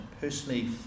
personally